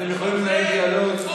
אתם יכולים לנהל דיאלוג,